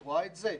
את רואה את זה?